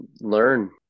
learn